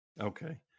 Okay